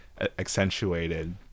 accentuated